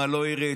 מה לא יראה,